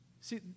See